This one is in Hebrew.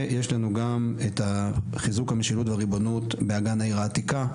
ויש לנו גם את חיזוק המשילות והריבונות באגן העיר העתיקה,